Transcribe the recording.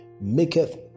maketh